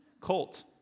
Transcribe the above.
colt